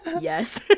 yes